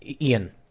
Ian